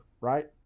right